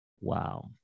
Wow